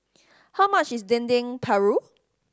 how much is Dendeng Paru